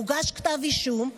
מוגש כתב אישום,